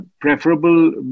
preferable